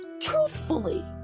truthfully